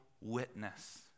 witness